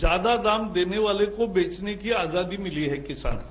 ज्यादा दाम देने वाले को बेचने की आजादी मिली है किसान को